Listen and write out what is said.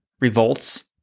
Revolts